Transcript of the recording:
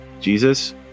Jesus